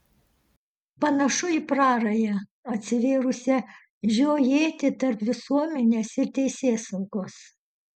panašu į prarają atsivėrusią žiojėti tarp visuomenės ir teisėsaugos